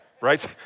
Right